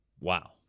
Wow